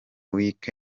week